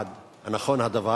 1. האם נכון הדבר?